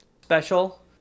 special